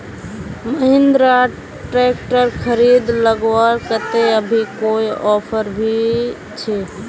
Mahindra tractor खरीद लगवार केते अभी कोई ऑफर भी छे?